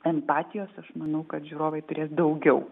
empatijos aš manau kad žiūrovai turės daugiau